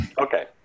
okay